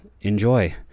enjoy